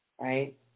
Right